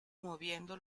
moviendo